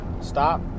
stop